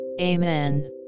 Amen